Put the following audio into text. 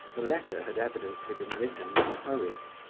the letter had evidently been written in a hurry